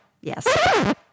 yes